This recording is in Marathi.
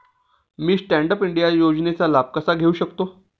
मी स्टँड अप इंडिया योजनेचा लाभ कसा घेऊ शकते